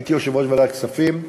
הייתי יושב-ראש ועדת הכספים.